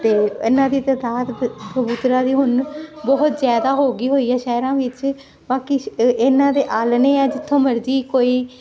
ਤੇ ਇਹਨਾਂ ਦੀ ਤੇ ਥਾਂ ਤੇ ਕਬੂਤਰਾਂ ਦੀ ਹੁਣ ਬਹੁਤ ਜਿਆਦਾ ਹੋ ਗਈ ਹੋਈ ਹ ਸ਼ਹਿਰਾਂ ਵਿੱਚ ਬਾਕੀ ਇਹਨਾਂ ਦੇ ਆਲਣੇ ਆ ਜਿੱਥੋਂ ਮਰਜ਼ੀ ਕੋਈ